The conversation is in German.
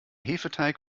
hefeteig